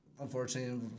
unfortunately